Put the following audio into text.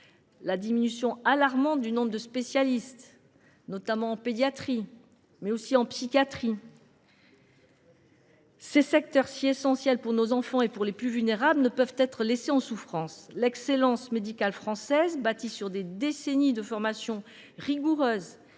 la diminution alarmante du nombre de spécialistes, notamment en pédiatrie et en psychiatrie. Ces secteurs, si essentiels pour nos enfants et pour les plus vulnérables, ne peuvent être laissés en souffrance. L’excellence médicale française, bâtie sur des décennies de formation rigoureuse